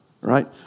right